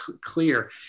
clear